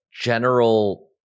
general